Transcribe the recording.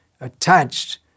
attached